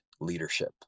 leadership